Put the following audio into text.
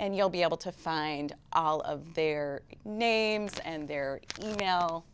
and you'll be able to find all of their names and their you know